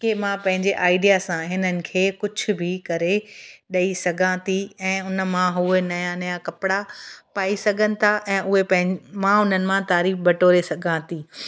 की मां पंहिंजे आइडिया सां हिननि खे कुझु बि करे ॾेई सघां थी ऐं उन मां उहे नवां नवां कपिड़ा पाई सघनि था ऐं उहे पैन मां उन्हनि मां तारीफ़ बटोरे सघां थी